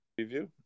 Preview